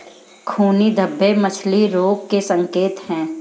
खूनी धब्बे मछली रोग के संकेत हैं